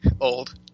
Old